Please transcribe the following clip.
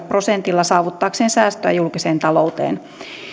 prosentilla saavuttaakseen säästöjä julkiseen talouteen